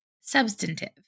substantive